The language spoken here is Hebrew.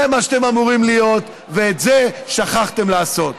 זה מה שאתם אמורים להיות, ואת זה שכחתם לעשות.